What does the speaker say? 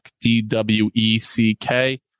d-w-e-c-k